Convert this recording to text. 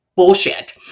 Bullshit